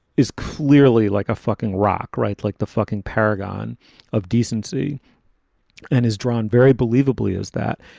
is clearly like a fucking rock, right? like the fucking paragon of decency and is drawn very believably as that.